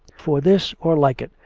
for this, or like it,